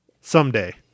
Someday